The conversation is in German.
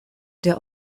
der